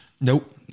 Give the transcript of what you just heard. Nope